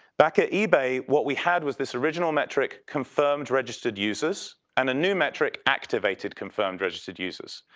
back at ebay, what we had was this original metric confirmed registered users, and a new metric activated confirmed registered users.